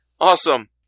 awesome